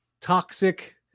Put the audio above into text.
toxic